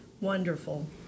Wonderful